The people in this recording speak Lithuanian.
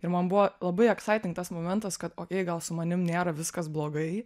ir man buvo labai aksaiting tas momentas kad okei gal su manim nėra viskas blogai